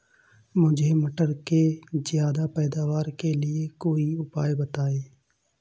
मुझे मटर के ज्यादा पैदावार के लिए कोई उपाय बताए?